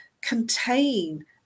contain